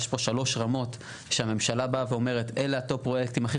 יש פה שלוש רמות שהממשלה באה ואומרת אלה הטופ פרויקטים הכי